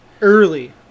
Early